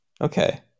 Okay